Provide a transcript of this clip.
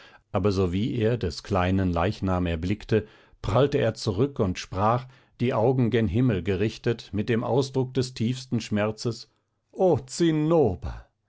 aber sowie er des kleinen leichnam erblickte prallte er zurück und sprach die augen gen himmel gerichtet mit dem ausdruck des tiefsten schmerzes o